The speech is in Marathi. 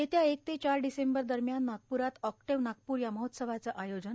येत्या एक ते चार डिसेंबर दरम्यान नागपुरात ऑक्टेव्ह नागपूर या महोत्सवाचं आयोजन